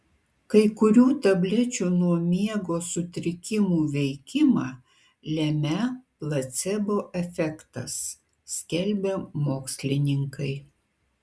kai kurių tablečių nuo miego sutrikimų veikimą lemią placebo efektas skelbia mokslininkai